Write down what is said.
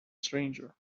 stranger